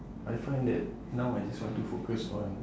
I find that now I just want to focus on